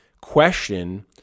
question